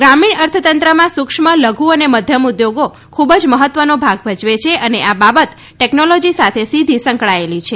ગ્રામીણ અર્થતંત્રમાં સુક્ષ્મ લધુ અને મધ્યમ ઉદ્યોગો ખુબ જ મહત્વનો ભાગ ભજવે છે અને આ બાબત ટેકનોલોજી સાથે સીધી સંકળાયેલી છે